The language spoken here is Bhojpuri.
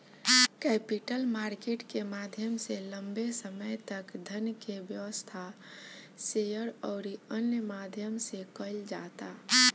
कैपिटल मार्केट के माध्यम से लंबे समय तक धन के व्यवस्था, शेयर अउरी अन्य माध्यम से कईल जाता